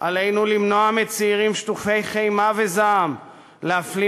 עלינו למנוע מצעירים שטופי חמה וזעם להפליא